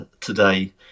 today